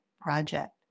project